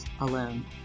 alone